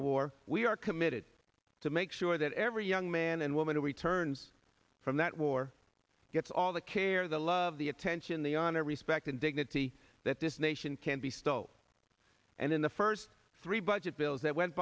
the war we are committed to make sure that every young man and woman who returns from that war gets all the care the love the attention the honor respect and dignity that this nation can be so and in the first three budget bills that went